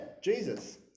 Jesus